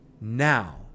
now